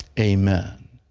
amen.